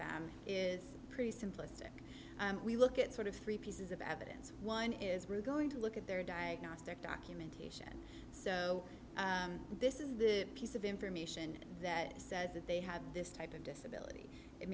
them is pretty simplistic we look at sort of three pieces of evidence one is we're going to look at their diagnostic documentation so this is a piece of information that says that they have this type of disability